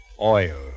Oil